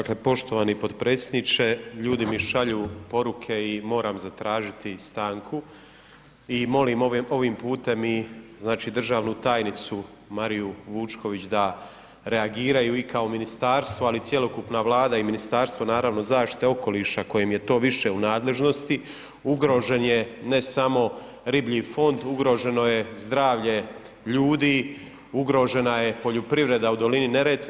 Dakle, poštovani potpredsjedniče, ljudi mi šalju poruke i moram zatražiti stanku i molim ovim putem i znači, državnu tajnicu Mariju Vučković da reagiraju i kao ministarstvo, ali i cjelokupna Vlada i Ministarstvo, naravno, zaštite okoliša, kojem je to više u nadležnosti, ugrožen je ne samo riblji fond, ugroženo je zdravlje ljudi, ugrožena je poljoprivreda u dolini Neretve.